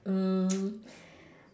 mm